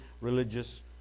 religious